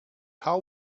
how